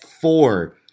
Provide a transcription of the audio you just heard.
four